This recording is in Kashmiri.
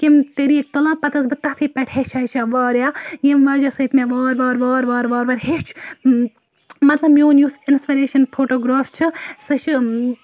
کمہِ طریٖقہٕ تُلان پَتہٕ ٲسٕس بہٕ تٔتھۍ پیٚٹھ ہیٚچھان ہیٚچھان واریاہ یِہِ وجہ سۭتۍ مےٚ وار وار وار وار وار وار ہیٚچھ مۄخصر میٛون یُس اِنَسپٕریشَن فوٹوٗ گرٛاف چھُ سُہ چھِ